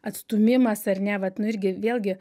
atstūmimas ar ne vat nu irgi vėlgi